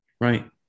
Right